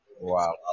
Wow